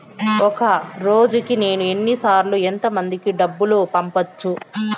ఒక రోజుకి నేను ఎన్ని సార్లు ఎంత మందికి డబ్బులు పంపొచ్చు?